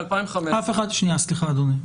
סליחה, אדוני.